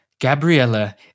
Gabriella